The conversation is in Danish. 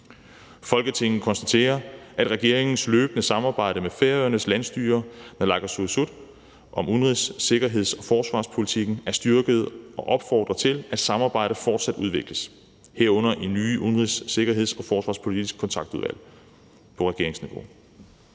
Folketinget konstaterer, at regeringens løbende samarbejde med Færøernes landsstyre og Naalakkersuisut om udenrigs-, sikkerheds- og forsvarspolitikken er styrket og opfordrer til, at samarbejdet fortsat udvikles, herunder i det nye Udenrigs-, Sikkerheds- og Forsvarspolitisk Kontaktudvalg på regeringsniveau.